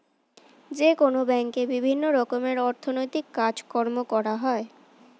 যেকোনো ব্যাঙ্কে বিভিন্ন রকমের অর্থনৈতিক কাজকর্ম করা হয়